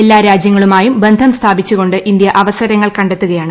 എല്ലാ രാജ്യങ്ങളുമായും ബന്ധം സ്ഥാപിച്ചുകൊണ്ട് ഇന്ത്യ അവസരങ്ങൾ കണ്ടെത്തുകയാണ്